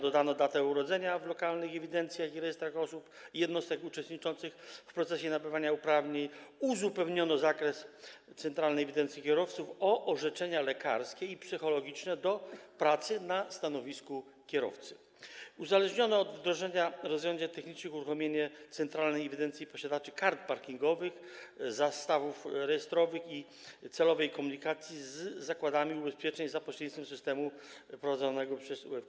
Dodano datę urodzenia w lokalnych ewidencjach i rejestrach osób i jednostek uczestniczących w procesie nabywania uprawnień, uzupełniono zakres centralnej ewidencji kierowców o orzeczenia lekarskie i psychologiczne do pracy na stanowisku kierowcy, uzależniono od wdrożenia rozwiązań technicznych uruchomienie centralnej ewidencji posiadaczy kart parkingowych, zastawów rejestrowych i docelowej komunikacji z zakładami ubezpieczeń za pośrednictwem systemu prowadzonego przez UFG.